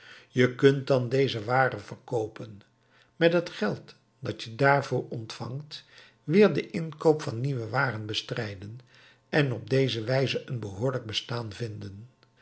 je kunt dan deze waren verkoopen met het geld dat je daarvoor ontvangt weer den inkoop van nieuwe waren bestrijden en op deze wijze een behoorlijk bestaan vinden